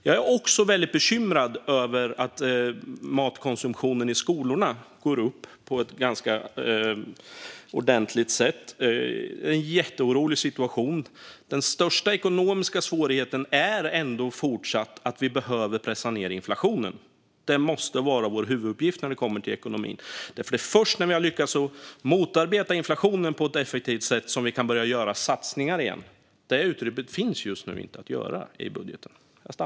Jag är också bekymrad över att matkonsumtionen i skolorna ökar ganska ordentligt. Det är en väldigt oroande situation. Den största ekonomiska svårigheten är ändå fortsatt inflationen, och den behöver vi pressa ned. Det måste vara vår huvuduppgift när det kommer till ekonomin, för det är först när vi har lyckats motarbeta inflationen på ett effektivt sätt som vi kan börja göra satsningar igen. Det utrymmet finns just nu inte i budgeten.